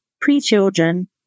pre-children